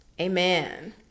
Amen